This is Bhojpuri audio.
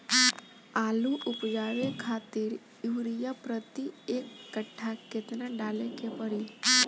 आलू उपजावे खातिर यूरिया प्रति एक कट्ठा केतना डाले के पड़ी?